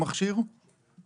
מכניסים כבר את שם ארגון הגג?